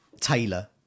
Taylor